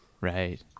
Right